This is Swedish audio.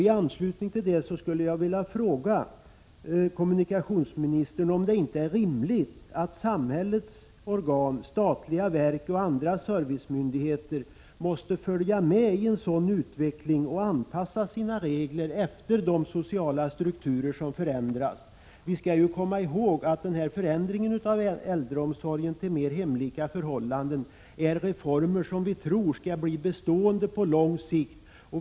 I anslutning till det skulle jag vilja fråga kommunikationsministern om det inte är rimligt att samhällets organ, statliga verk och andra servicemyndigheter följer med i en sådan utveckling och anpassar sina regler efter de sociala strukturer som förändras. Vi skall komma ihåg att förändringen av äldreomsorgen mot mera hemlika förhållanden är en reform som vi tror skall bli bestående.